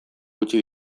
utzi